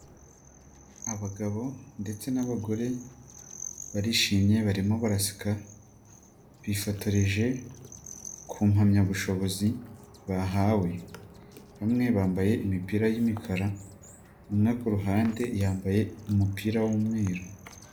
Abagabo ndetse n'abagore barishimye barimo baraseka, bifotoreje ku mpamyabushobozi bahawe. Bamwe bambaye imipira y'imikara, umwe ku ruhande yambaye umupira w'umweru.